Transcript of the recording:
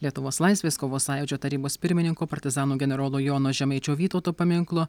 lietuvos laisvės kovos sąjūdžio tarybos pirmininko partizanų generolo jono žemaičio vytauto paminklo